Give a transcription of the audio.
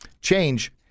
change